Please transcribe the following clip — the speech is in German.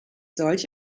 solch